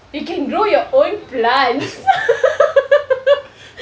you can grow your own plant